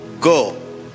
go